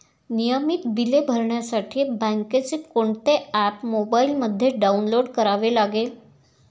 नियमित बिले भरण्यासाठी बँकेचे कोणते ऍप मोबाइलमध्ये डाऊनलोड करावे लागेल?